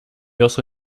also